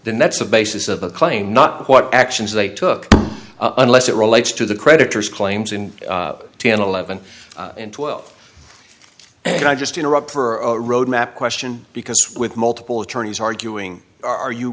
then that's a basis of a claim not to what actions they took unless it relates to the creditors claims in ten eleven and twelve and i just interrupt for a roadmap question because with multiple attorneys arguing are you